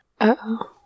Uh-oh